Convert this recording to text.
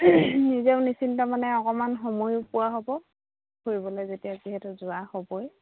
নিজেও নিশ্চিন্ত মানে অকণমান সময়ো পোৱা হ'ব ফুৰিবলৈ যেতিয়া যিহেতু যোৱা হ'বই